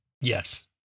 Yes